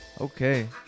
Okay